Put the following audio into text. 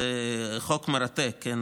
זה חוק מרתק.